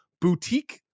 boutique